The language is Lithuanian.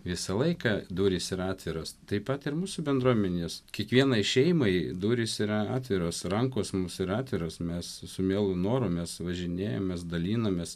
visą laiką durys yra atviros taip pat ir mūsų bendruomenės kiekvienai šeimai durys yra atviros rankos mūsų yra atviros mes su mielu noru mes važinėjamės dalinamės